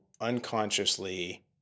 unconsciously